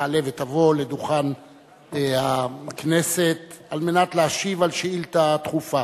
תעלה ותבוא לדוכן הכנסת על מנת להשיב על שאילתא דחופה